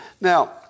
Now